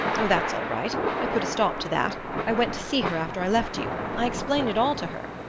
oh, that's all right. i put a stop to that i went to see her after i left you i explained it all to her.